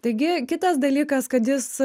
taigi kitas dalykas kad jis